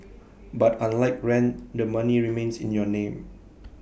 but unlike rent the money remains in your name